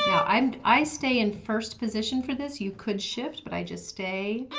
yeah um i stay in first position for this, you could shift, but i just stay.